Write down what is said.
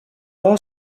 law